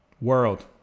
World